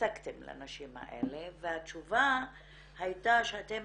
הפסקתם לנשים האלה, והתשובה הייתה שאתם